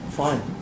fine